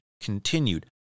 continued